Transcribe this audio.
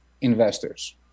investors